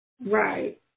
right